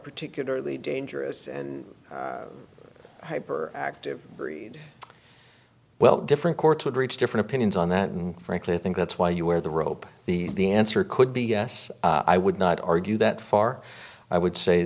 ticularly dangerous and hyper active breed well different courts would reach different opinions on that and frankly i think that's why you wear the robe the the answer could be yes i would not argue that far i would say